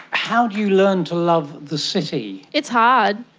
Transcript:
how do you learn to love the city? it's hard.